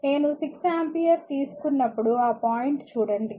నేను 6 ఆంపియర్స్ తీసుకున్నప్పుడు ఆ పాయింట్ చూడండి